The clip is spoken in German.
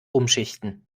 umschichten